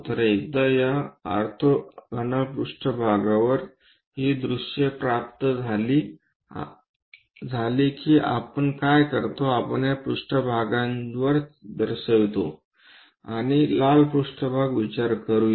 तर एकदा या ऑर्थोगोनल पृष्ठभागावर ही दृश्ये प्राप्त झाली की आपण काय करतो आपण या एका पृष्ठभागाचे दर्शवतो आपण लाल पृष्ठभाग विचार करूया